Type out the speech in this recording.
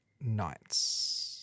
Knights